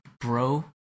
bro